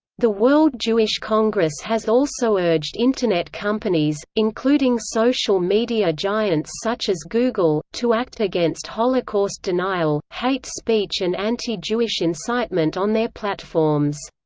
the world jewish congress has also urged internet companies, including social media giants such as google, to act against holocaust denial, hate speech and anti-jewish incitement on their platforms.